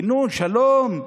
כינון שלום?